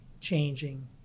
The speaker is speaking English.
changing